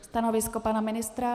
Stanovisko pana ministra?